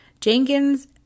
Jenkins